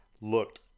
looked